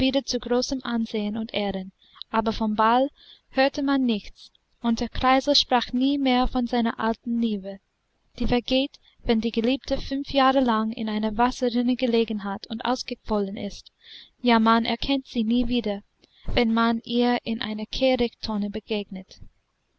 zu großem ansehen und ehren aber vom ball hörte man nichts und der kreisel sprach nie mehr von seiner alten liebe die vergeht wenn die geliebte fünf jahre lang in einer wasserrinne gelegen hat und ausgequollen ist ja man erkennt sie nie wieder wenn man ihr in einer kehrichttonne begegnet